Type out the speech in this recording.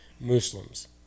Muslims